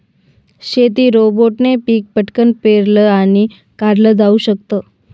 शेती रोबोटने पिक पटकन पेरलं आणि काढल जाऊ शकत